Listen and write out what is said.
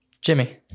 Jimmy